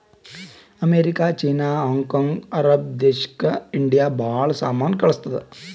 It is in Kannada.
America, China, Hong Kong, Arab ದೇಶಕ್ ಇಂಡಿಯಾ ಭಾಳ ಸಾಮಾನ್ ಕಳ್ಸುತ್ತುದ್